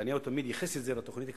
נתניהו תמיד ייחס את זה לתוכנית הכלכלית,